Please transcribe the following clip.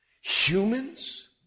Humans